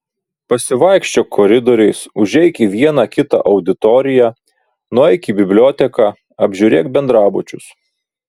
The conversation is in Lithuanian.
pasivaikščiok koridoriais užeik į vieną kitą auditoriją nueik į biblioteką apžiūrėk bendrabučius